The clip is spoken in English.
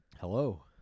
Hello